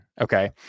Okay